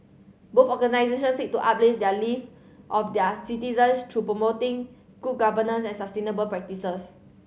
both organisation seek to uplift their live of their citizens through promoting good governance and sustainable practices